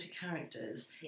characters